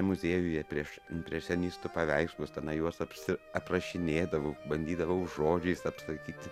muziejuje prieš impresionistų paveikslus tenai juos apsi aprašinėdavau bandydavau žodžiais apsakyti